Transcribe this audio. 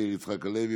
מאיר יצחק הלוי,